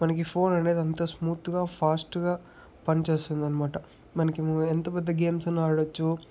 మనకి ఫోన్ అనేది అంత స్మూత్గా ఫాస్ట్గా పని చేస్తుందనమాట మనకి మూ ఎంత పెద్ద గేమ్స్ అన్నా ఆడచ్చు